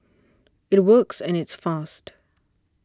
it works and it's fast